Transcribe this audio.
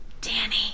Danny